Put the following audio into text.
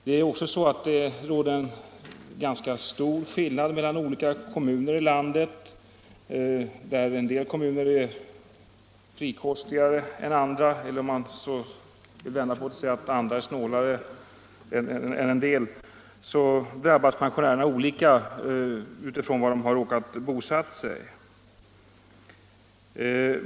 Det råder också ganska stor skillnad mellan olika kommuner i landet. En del kommuner är frikostigare än andra, eller om man vill vända på det och säga att en del är snålare än andra. Pensionärerna drabbas olika beroende på var de råkar bo.